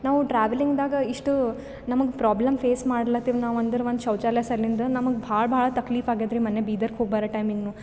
ನಾವು ಟ್ರಾವೆಲಿಂಗ್ದಾಗ ಇಷ್ಟು ನಮ್ಗೆ ಪ್ರಾಬ್ಲಮ್ ಫೇಸ್ ಮಾಡ್ಲತೀವಿ ನಾವು ಅಂದ್ರೆ ಒಂದು ಶೌಚಾಲಯ ಸರ್ಲಿಂದ ನಮ್ಗೆ ಭಾಳ ಭಾಳ ತಕ್ಲಿಫ್ ಆಗ್ಯಾದ ರೀ ಮೊನ್ನೆ ಬೀದರ್ಗೆ ಹೋಗಿ ಬರೋ ಟೈಮಿಂಗೂ